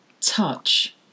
touch